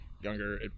younger